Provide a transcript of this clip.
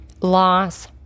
loss